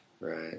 right